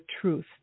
truth